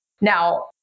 Now